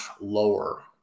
lower